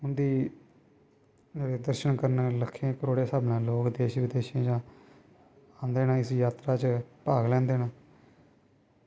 उंदी दर्शन करने ई लक्खें करोड़ें लोग देश विदेशें दियां आंदे न इस जात्तरा च भाग लैंदे न